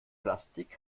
plastik